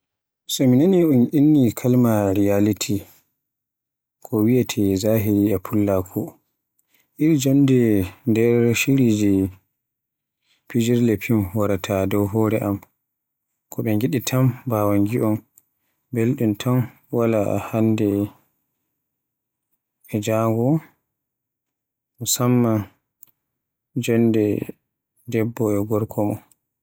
So mi nani un inni kalima "reality" ko wiyeete zahiri e fullako, irin jonde nder shiriji film wawaata dow hore am. Ko be ngiɗi tan bawon ngi'on, belɗum tan wala ko yaliɓe e hannde e jango, musamman e jonnde debbo e gorko.